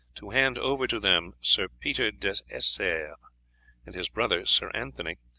to hand over to them sir peter des essars and his brother sir anthony,